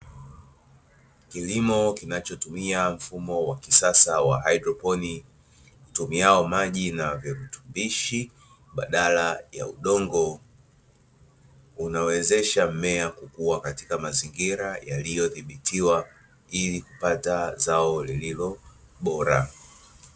Kilimo kinachotumia mfumo wa kisasa wa haidtoponiki hutumia maji na vitu badala ya uso unaweza mmea kukua katika mazingira yaliyo dhibitiwa ilu kupata Zao bora